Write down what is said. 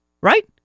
right